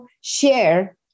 share